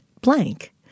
blank